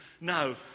No